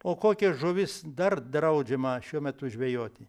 o kokia žuvis dar draudžiama šiuo metu žvejoti